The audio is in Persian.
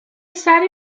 سری